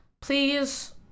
Please